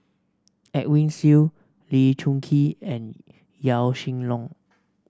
Edwin Siew Lee Choon Kee and Yaw Shin Leong